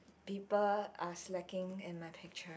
people are slacking in my picture